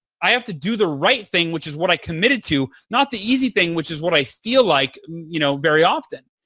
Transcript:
i have to do the right thing which is what i committed to, not the easy thing which is what i feel like you know very often.